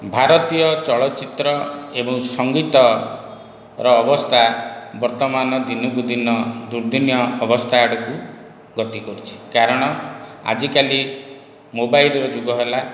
ଭାରତୀୟ ଚଳଚ୍ଚିତ୍ର ଏବଂ ସଙ୍ଗୀତର ଅବସ୍ଥା ବର୍ତ୍ତମାନ ଦିନକୁ ଦିନ ର୍ଦୁଦିନୀୟ ଅବସ୍ଥା ଆଡ଼କୁ ଗତି କରୁଛି କାରଣ ଆଜିକାଲି ମୋବାଇଲ୍ର ଯୁଗ ହେଲା